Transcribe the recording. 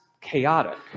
chaotic